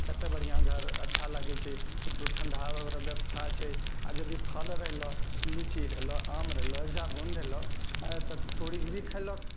कते बढ़िआँ घर अच्छा लागै छै ठण्डा आओरके बेबस्था छै यदि फल रहलऽ लीची रहलऽ आम रहलऽ जामुन रहलऽ तऽ तोड़ि भी के खएलहुँ